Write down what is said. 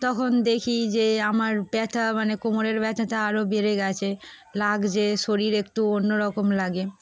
তখন দেখি যে আমার ব্যথা মানে কোমরের ব্যথাটা আরও বেড়ে গিয়েছে লাগছে শরীর একটু অন্য রকম লাগে